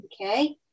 Okay